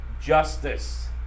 justice